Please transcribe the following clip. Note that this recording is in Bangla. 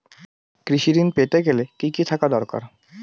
কৃষিঋণ পেতে গেলে কি কি থাকা দরকার?